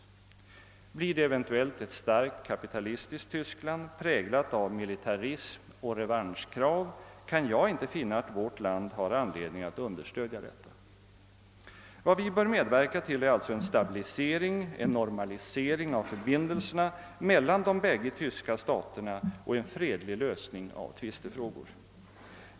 Blir det eventuellt ett starkt kapitalistiskt Tyskland, präglat av militarism och revanschkrav, kan jag inte finna att vårt land har anledning understödja detta. Vad vi bör medverka till är alltså en stabilisering, en normalisering av förbindelserna mellan de bägge tyska staterna och en fredlig lösning av tvistefrågor.